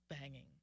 Banging